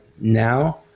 now